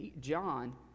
John